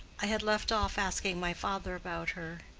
i had left off asking my father about her.